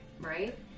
right